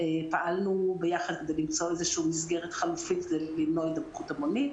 פעלנו ביחד כדי למצוא מסגרת חלופית ולמנוע הידבקות המונית.